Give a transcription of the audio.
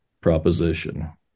proposition